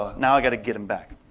ah now i gotta get them back.